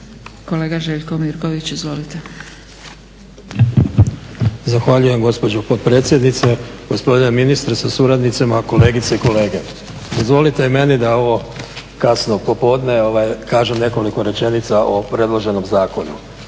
izvolite. **Mirković, Željko (SDP)** Zahvaljujem gospođo potpredsjednice, gospodine ministre sa suradnicima, kolegice i kolege. Dozvolite i meni da u ovo kasno popodne kažem nekoliko rečenica o predloženom zakonu.